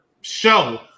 show